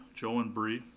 joe and brie,